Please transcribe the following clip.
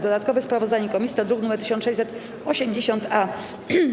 Dodatkowe sprawozdanie komisji to druk nr 1680-A.